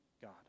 God